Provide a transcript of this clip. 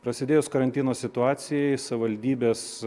prasidėjus karantino situacijai savivaldybės